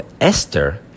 Esther